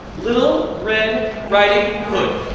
little red riding hood. ah!